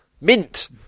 Mint